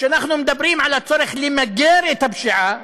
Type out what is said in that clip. כשאנחנו מדברים על הצורך למגר את הפשיעה,